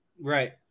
Right